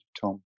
Tom